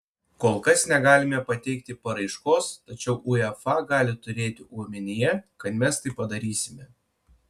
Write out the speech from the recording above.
kol kas negalime pateikti paraiškos tačiau uefa gali turėti omenyje kad mes tai padarysime